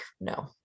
no